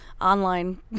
online